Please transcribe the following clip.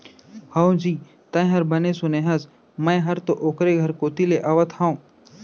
हवजी, तैंहर बने सुने हस, मैं हर तो ओकरे घर कोती ले आवत हँव